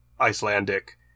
Icelandic